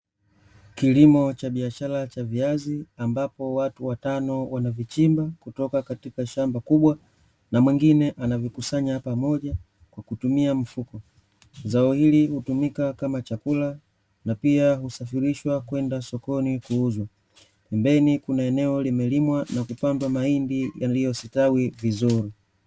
Kilimo cha biashara cha viazi, ambapo watu watano wanavichimba kutoka katika shamba kubwa na mwingine anavikusanya pamoja kwa kutumia mfuko. Zao hili hutumika kama chakula na pia husafirishwa kwenda sokoni kuuzwa. Pembeni kuna eneo limelimwa na kupandwa mahindi yaliyo stawi vizuri.